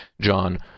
John